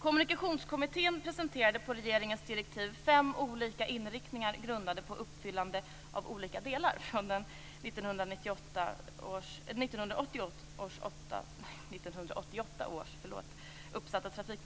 Kommunikationskommittén presenterade efter regeringens direktiv fem olika inriktningar grundade på uppfyllande i olika delar av trafikmålen uppsatta 1988.